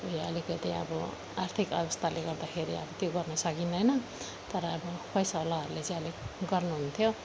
ऊ यो अलिकति अब आर्थिक अवस्थाले गर्दाखेरि अब त्यो गर्नु सकिँदैन तर अब पैसावालाहरूले चाहिँ अलिक गर्नुहुन्थ्यो